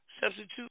substitute